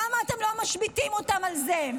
למה אתם לא משביתים אותם על זה?